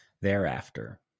thereafter